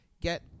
get